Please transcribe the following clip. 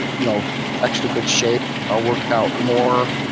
you know extra good shape, i'll work out more.